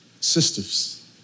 Sisters